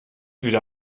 wieder